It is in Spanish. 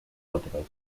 otros